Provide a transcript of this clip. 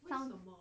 sounds